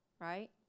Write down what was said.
right